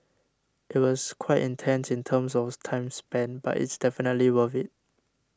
it was quite intense in terms of time spent but it's definitely worth it